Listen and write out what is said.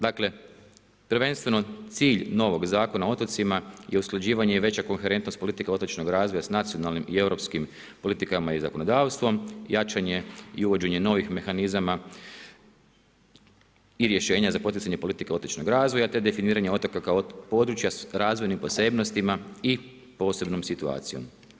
Dakle prvenstveno cilj novog Zakona o otocima je usklađivanje i veća koherentnost politike otočnog razvoja s nacionalnim i europskim politikama i zakonodavstvom, jačanje i uvođenje novih mehanizama i rješenja za poticanje politike otočnog razvoja te definiranje otoka kao područja s razvojnim posebnostima i posebnom situacijom.